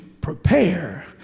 prepare